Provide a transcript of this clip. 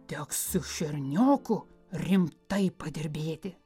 teks su šernioku rimtai padirbėti